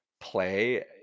play